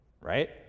right